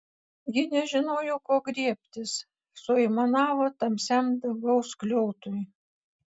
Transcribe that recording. ji nežinojo ko griebtis suaimanavo tamsiam dangaus skliautui